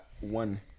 one